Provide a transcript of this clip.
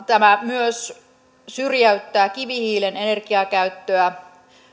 tämä myös syrjäyttää kivihiilen energiakäyttöä